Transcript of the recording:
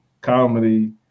comedy